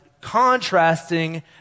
contrasting